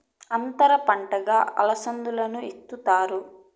అంతర పంటగా అలసందను ఇత్తుతారు